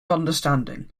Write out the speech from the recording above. understanding